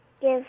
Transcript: Give